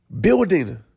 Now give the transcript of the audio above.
building